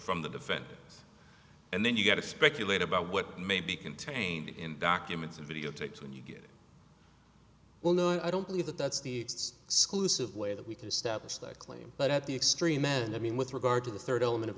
from the defendant and then you've got to speculate about what may be contained in documents or videotapes when you get well no i don't believe that that's the it's schools of way that we can establish that claim but at the extreme end i mean with regard to the third element of